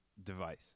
device